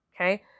Okay